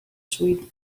sweet